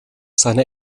seine